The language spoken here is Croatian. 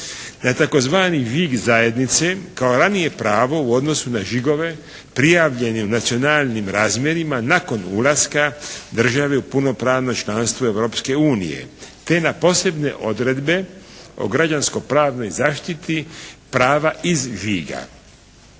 na tzv. žig zajednice kao ranije pravo u odnosu na žigove prijavljenim nacionalnim razmjerima nakon ulaska države u punopravno članstvo Europske unije, te na posebne odredbe o građansko-pravnoj zaštiti prava iz žiga.